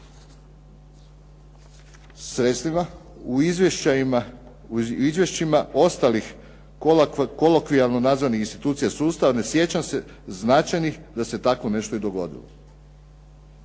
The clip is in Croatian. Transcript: sredstvima u izvješćima ostalih kolokvijalno nazvanih institucija sustava, ne sjećam se značajnih da se takvo nešto i dogodilo.